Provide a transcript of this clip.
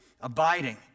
abiding